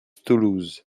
toulouse